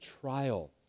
trial